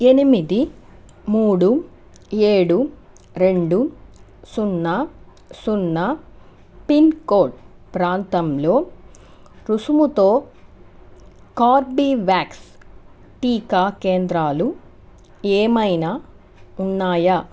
ఎనిమిది మూడు ఏడు రెండు సున్న సున్న పిన్ కోడ్ ప్రాంతంలో రుసుముతో కార్బేవాక్స్ టీకా కేంద్రాలు ఏమైనా ఉన్నాయా